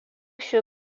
šių